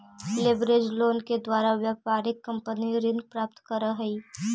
leverage loan के द्वारा व्यापारिक कंपनी ऋण प्राप्त करऽ हई